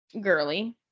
Girly